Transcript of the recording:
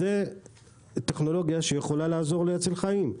זאת טכנולוגיה שיכולה לעזור להציל חיים.